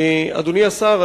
אדוני השר,